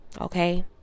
okay